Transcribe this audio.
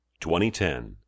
2010